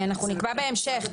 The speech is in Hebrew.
אנחנו נקבע בהמשך.